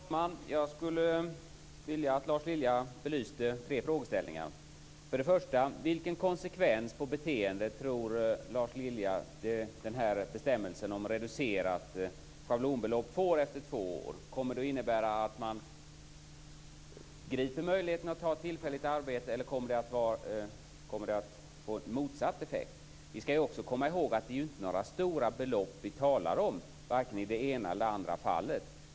Fru talman! Jag skulle vilja att Lars Lilja belyste tre frågeställningar. Vilken konsekvens för beteendet tror Lars Lilja att bestämmelsen om reducerat schablonbelopp efter två år får? Kommer det att innebära att man griper möjligheten att ta ett tillfälligt arbete, eller kommer det att få motsatt effekt? Vi skall också komma ihåg att det inte är några stora belopp vi talar om varken i det ena eller det andra fallet.